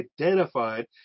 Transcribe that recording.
identified